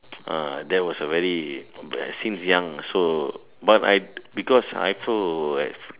ah that was a very since young so but I because I also have